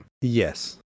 Yes